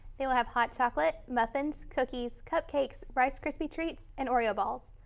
they will have hot chocolate. muffins. cookies. cupcakes. rice crispy treats. and oreo balls.